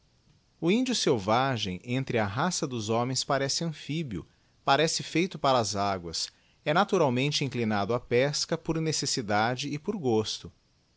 o índio selvagem entre a raça dos homens pà tece amphibio parece feito para as aguas é naturaltíietlte inclinado á pesca por necessidade e por gosto